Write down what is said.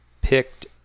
picked